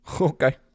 Okay